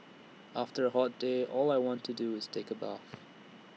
after A hot day all I want to do is take A bath